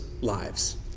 lives